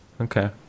Okay